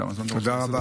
תודה רבה.